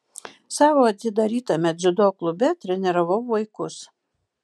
savo atidarytame dziudo klube treniravau vaikus